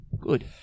Good